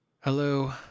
Hello